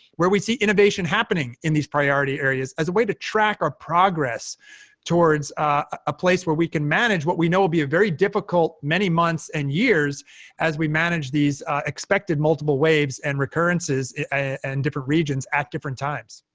where we see innovation happening in these priority areas, as a way to track our progress towards a place where we can manage what we know will be a very difficult many months and years as we manage these expected multiple waves and recurrences and different regions at different times.